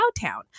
town